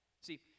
See